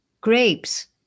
grapes